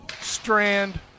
strand